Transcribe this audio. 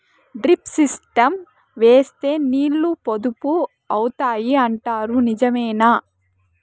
Drip system వేస్తే నీళ్లు పొదుపు అవుతాయి అంటారు నిజమేనా?